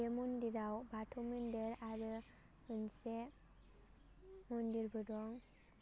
बे मन्दिराव बाथौ मन्दिर आरो मोनसे मन्दिरबो दं